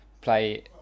play